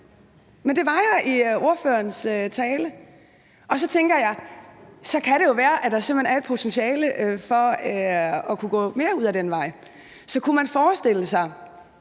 men det var jeg i ordførerens tale, og så tænker jeg, at så kan det jo være, at der simpelt hen er et potentiale for at kunne gå mere ud ad den vej. Så kunne man forestille sig,